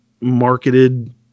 marketed